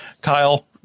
Kyle